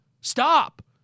Stop